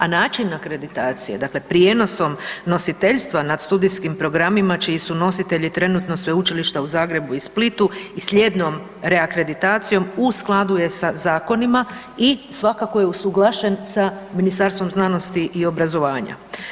A način akreditacije dakle prijenosom nositeljstva nad studijskim programima čiji su nositelji trenutno sveučilišta u Zagrebu i Splitu i slijednom reakreditacijom u skladu je sa zakonima i svakako je usuglašen sa Ministarstvom znanosti i obrazovanja.